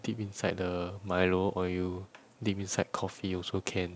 dip inside the Milo or you dip inside coffee also can